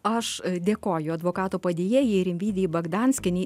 aš dėkoju advokato padėjėjai rimvydei bagdanskienei